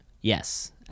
Yes